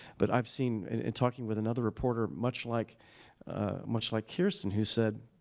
but i've seen in talking with another reporter much like much like kirsten, who said,